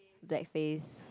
black face